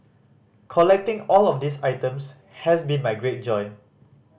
collecting all of these items has been my great joy